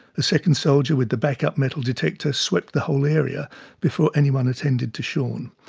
a second soldier with the back-up metal detector swept the whole area before anyone attended to shaun.